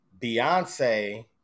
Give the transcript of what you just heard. Beyonce